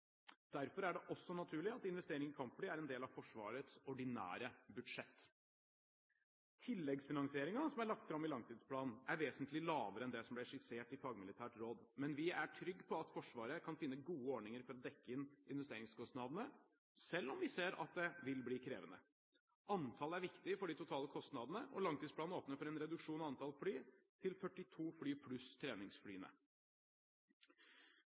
Derfor er det også naturlig at investering i kampfly er en del av Forsvarets ordinære budsjett. Tilleggsfinansieringen som er lagt fram i langtidsplanen, er vesentlig lavere enn det som ble skissert i fagmilitært råd. Men vi er trygge på at Forsvaret kan finne gode ordninger for å dekke inn investeringskostnadene, selv om vi ser at det vil bli krevende. Antall fly er viktig for de totale kostnadene, og langtidsplanen åpner for en reduksjon av antallet til 42 fly pluss treningsflyene.